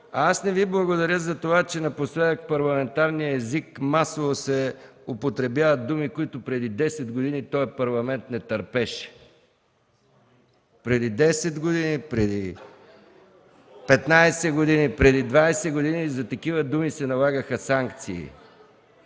Аз не Ви благодаря за това, че напоследък в парламентарния език масово се употребяват думи, които преди 10 години този Парламент не търпеше. Преди 10 години, преди 15 години, преди 20 години за такива думи се налагаха санкции.